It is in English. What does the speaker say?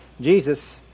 Jesus